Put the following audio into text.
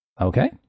okay